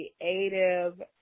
creative